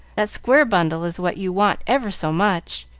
that square bundle is what you want ever so much.